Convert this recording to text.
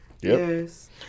Yes